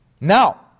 Now